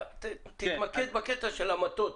תתמקד בקטע של המטות.